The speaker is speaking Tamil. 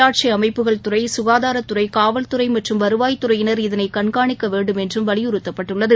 உள்ளாட்சி அமைப்புகள் துறை சுகாதாரத்துறை காவல்துறை மற்றும் வருவாய்த்துறையினர் இதனை கண்காணிக்கவேண்டும் என்று வலியுறுத்தப்பட்டுள்ளது